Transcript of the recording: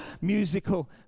musical